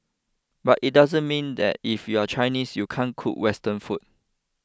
but it doesn't mean that if you are Chinese you can't cook Western food